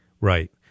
Right